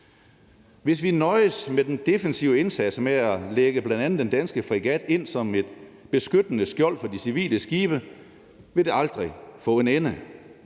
Hvis vi nøjes med den defensive indsats ved at lægge bl.a. den danske fregat ind som et beskyttende skjold for de civile skibe, vil det aldrig få en ende.